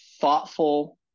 thoughtful